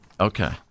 Okay